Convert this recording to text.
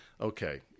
Okay